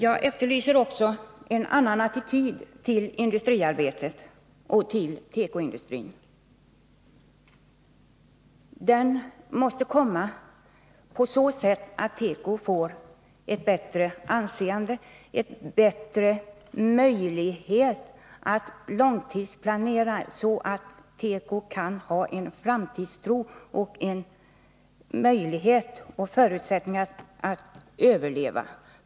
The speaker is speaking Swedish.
Jag efterlyser också en annan attityd till industriarbetet och till tekoindustrin. Den måste komma på så sätt att tekoindustrin får ett bättre anseende, en bättre möjlighet att långtidsplanera, så att tekoindustrin kan ha en framtidstro och förutsättningar att överleva.